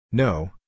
No